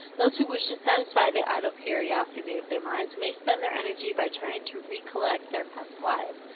those who wish to satisfy the idle curiosity of their minds may spend their energy by trying to recollect their past lives.